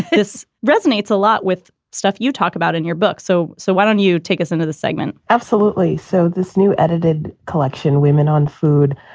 this resonates a lot with stuff you talk about in your book. so so why don't you take us into the segment? absolutely. so this new edited collection, women on food,